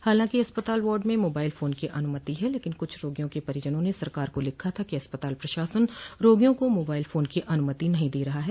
हालांकि अस्पताल वार्ड में मोबाइल फोन की अनुमति है लेकिन कुछ रोगियों के परिजनों ने सरकार को लिखा था कि अस्पताल प्रशासन रोगियों को मोबाइल फान की अनुमति नहीं दे रहा है